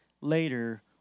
later